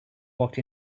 walked